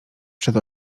przed